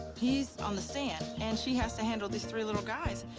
he's on the stand and she has to handle these three little guys.